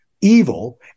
evil